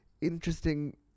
interesting